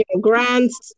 grants